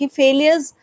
failures